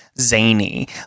zany